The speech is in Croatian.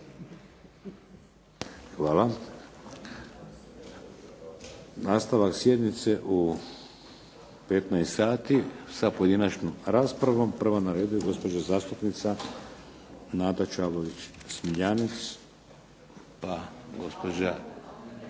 Hvala. Nastavak sjednice u 15 sati sa pojedinačnom raspravom. Prva na redu je gospođa zastupnica Nada Čavlović Smiljanec. **Antunović,